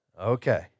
Okay